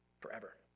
forever